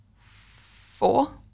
four